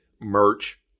merch